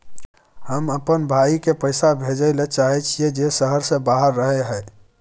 हम अपन भाई के पैसा भेजय ले चाहय छियै जे शहर से बाहर रहय हय